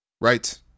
Right